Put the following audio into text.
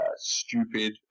stupid